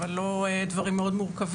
אבל לא דברים מאוד מורכבים,